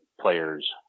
players